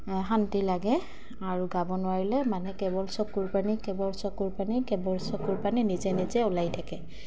শান্তি লাগে আৰু গাব নোৱাৰিলে মানে কেৱল চকুৰ পানী কেৱল চকুৰ পানী কেৱল চকুৰ পানী নিজে নিজে ওলাই থাকে